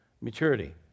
maturity